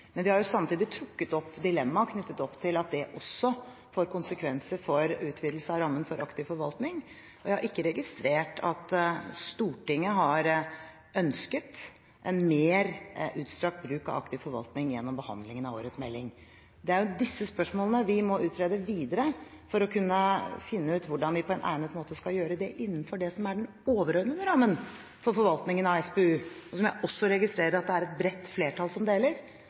Men vi har samtidig trukket opp dilemma knyttet opp til at det også får konsekvenser for utvidelse av rammen for aktiv forvaltning, og jeg har ikke registrert at Stortinget har ønsket en mer utstrakt bruk av aktiv forvaltning gjennom behandlingen av årets melding. Det er disse spørsmålene vi må utrede videre for å kunne finne ut hvordan vi på en egnet måte skal gjøre det innenfor det som er den overordnede rammen for forvaltningen av SPU, og som jeg også registrerer blir delt av et bredt flertall,